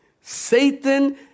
Satan